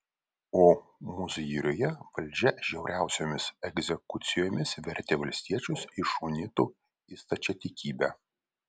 o mozyriuje valdžia žiauriausiomis egzekucijomis vertė valstiečius iš unitų į stačiatikybę